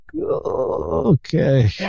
okay